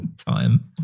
time